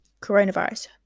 coronavirus